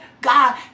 God